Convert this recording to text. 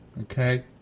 Okay